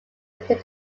within